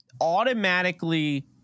automatically